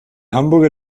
hamburger